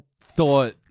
thought